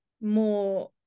more